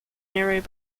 narrated